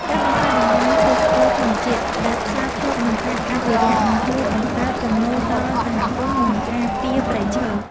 ការបង្កើតតំបន់ទេសចរណ៍ធម្មជាតិដែលផ្សារភ្ជាប់នឹងការអភិរក្សនឹងជួយបង្កើតចំណូលដល់សហគមន៍ និងការពារព្រៃឈើ។